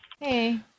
Hey